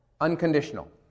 unconditional